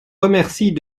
remercie